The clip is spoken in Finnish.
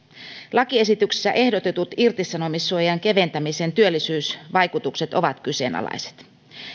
lakiesityksessä ehdotetut irtisanomissuojan keventämisen työllisyysvaikutukset ovat kyseenalaiset